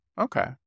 Okay